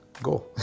go